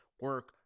Work